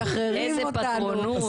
משחררים אותנו.